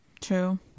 True